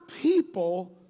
people